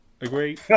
Agree